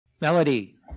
Melody